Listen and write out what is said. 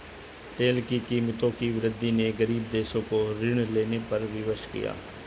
तेल की कीमतों की वृद्धि ने गरीब देशों को ऋण लेने पर विवश किया